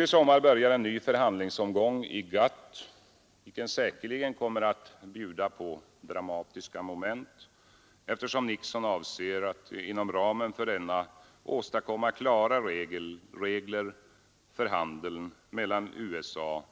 I sommar börjar en ny förhandlingsomgång i GATT, vilken säkerligen kommer att bjuda på dramatiska moment, eftersom Nixon avser att inom ramen för denna åstadkomma klara regler för handeln mellan USA